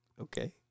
Okay